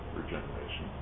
regeneration